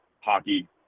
hockey